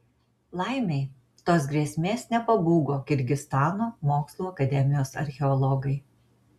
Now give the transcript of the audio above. laimei tos grėsmės nepabūgo kirgizstano mokslų akademijos archeologai